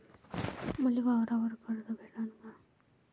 मले वावरावर कर्ज भेटन का?